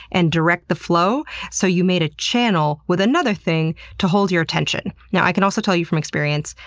and to direct the flow so you made a channel with another thing to hold your attention. yeah i can also tell you from experience,